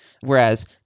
Whereas